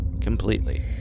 completely